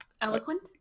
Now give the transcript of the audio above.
Eloquent